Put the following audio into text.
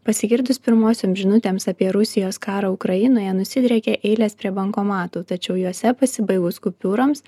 pasigirdus pirmosioms žinutėms apie rusijos karą ukrainoje nusidriekė eilės prie bankomatų tačiau juose pasibaigus kupiūroms